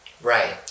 Right